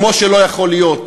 כמו שלא יכול להיות